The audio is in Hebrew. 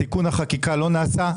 ותיקון החקיקה לא נעשה.